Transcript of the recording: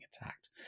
attacked